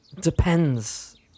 depends